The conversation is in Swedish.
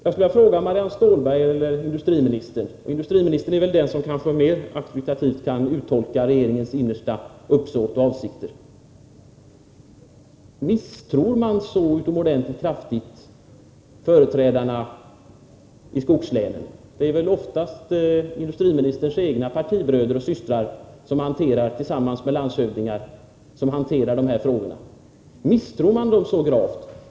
Jag skulle vilja fråga Marianne Stålberg eller industriministern — industriministern är väl den som mer auktoritativt kan uttolka regeringens innersta uppsåt och avsikter: Misstror man så utomordentligt kraftigt företrädarna i skogslänen? Det är väl oftast industriministerns egna partibröder och systrar som tillsammans med landshövdingar hanterar dessa frågor. Misstror man dem så gravt?